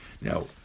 now